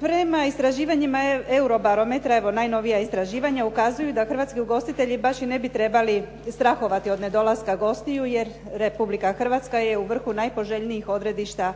Prema istraživanjima Eurobarometra, evo najnovija istraživanja ukazuju da hrvatski ugostitelji baš i ne bi trebali strahovati od nedolaska gostiju, jer Republika Hrvatska je u vrhu najpoželjnijih odredišta